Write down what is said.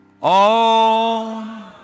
on